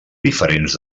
diferents